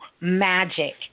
magic